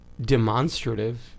demonstrative